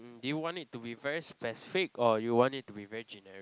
mm do you want it to be very specific or you want it to be very generic